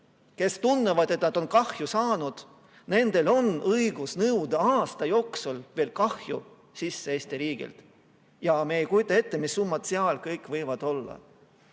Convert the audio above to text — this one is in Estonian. kes tunnevad, et nad on kahju saanud, on õigus nõuda aasta jooksul veel kahju sisse Eesti riigilt. Me ei kujuta ettegi, mis summad seal kõik võivad olla.